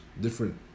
different